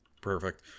perfect